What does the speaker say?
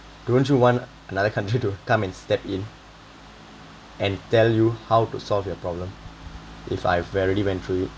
don't you want another country to come and step in and tell you how to solve your problem if I already went through it